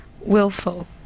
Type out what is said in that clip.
willful